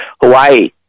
hawaii